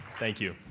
thank you.